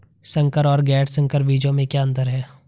संकर और गैर संकर बीजों में क्या अंतर है?